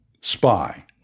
spy